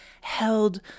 held